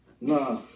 Nah